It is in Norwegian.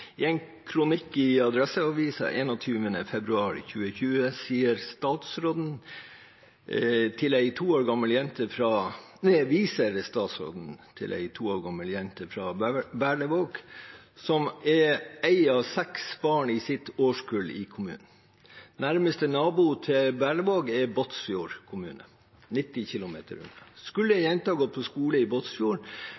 en kronikk i Adresseavisen 21. februar 2020 viser statsråden til ei to år gammel jente fra Berlevåg som er et av seks barn i sitt årskull i kommunen. Nærmeste nabo til Berlevåg er Båtsfjord kommune, 90 km unna. Skulle